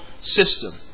system